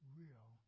real